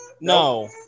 No